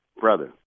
brother